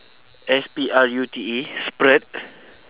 S P R U T E sprute